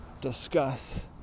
discuss